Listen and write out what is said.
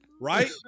Right